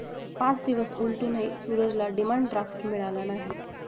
पाच दिवस उलटूनही सूरजला डिमांड ड्राफ्ट मिळाला नाही